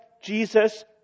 Jesus